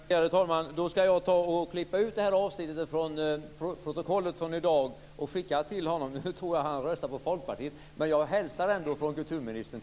Värderade talman! Då skall jag ta och klippa ut det här avsnittet från protokollet för i dag och skicka det till honom. Nu tror jag att han röstar på Folkpartiet, men jag hälsar ändå till honom från kulturministern.